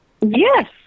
yes